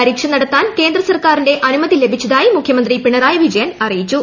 പരീക്ഷ നടത്താൻ കേന്ദ്ര സർക്കാരിന്റെ അനുമതി ലഭിച്ചതായി മുഖ്യമന്ത്രി പിണറായി വിജയൻ അറിയിച്ചു